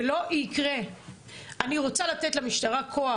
אני רוצה לתת למשטרה כוח,